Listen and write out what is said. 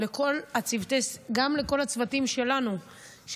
וגם לכל הצוותים שלנו,